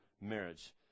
marriage